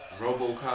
Robocop